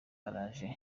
araje